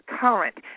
current